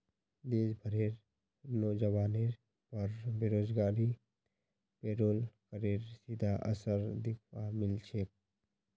देश भरेर नोजवानेर पर बेरोजगारीत पेरोल करेर सीधा असर दख्वा मिल छेक